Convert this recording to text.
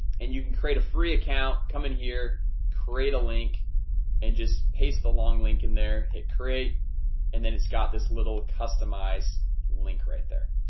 and you can create a free account come in here create a link and just paste the long link in there hit create and then it's got this little customize link right there.